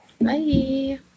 Bye